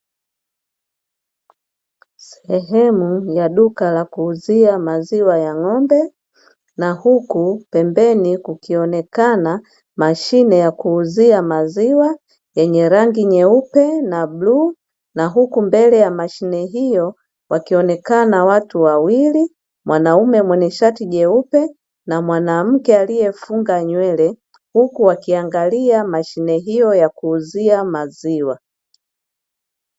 Sehemu ya duka la kuuzia maziwa ya ng'ombe na huku pembeni kukionekana mashine ya kuuzia maziwa yenye rangi nyeupe na bluu na huku mbele ya mashine hiyo wakionekana watu wawili mwaume mwenye shati jeupe na mwamke aliyefunga nywele huku akiangalia mashine hiyo ya kuuzia maziwa.